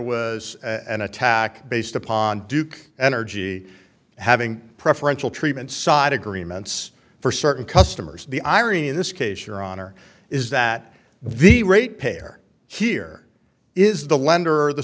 was an attack based upon duke energy having preferential treatment side agreements for certain customers the irony in this case your honor is that the rate pair here is the lender or the